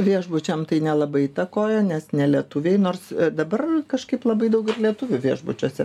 viešbučiam tai nelabai įtakojo nes ne lietuviai nors dabar kažkaip labai daug ir lietuvių viešbučiuose